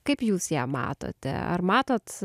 kaip jūs ją matote ar matot